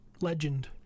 legend